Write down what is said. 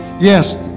Yes